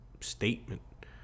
statement